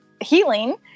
healing